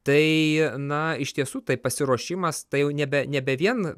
tai na iš tiesų tai pasiruošimas tai jau nebe nebe vien